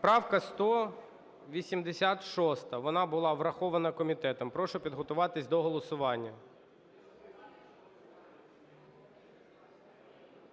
правка 186, вона була врахована комітетом. Прошу підготуватись до голосування.